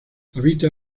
habita